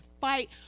fight